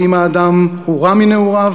האם האדם הוא רע מנעוריו?